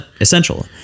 essential